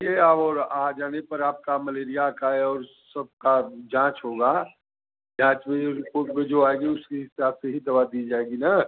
यह और आज आने पर आपका मलेरिया का है और सबका जाँच होगा जाँच में या रिपोर्ट में जो आएगी उसके हिसाब से ही दवा दी जाएगी ना